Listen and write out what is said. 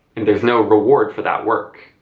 and there is no reward for that work,